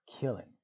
killing